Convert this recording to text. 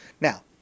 Now